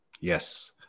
yes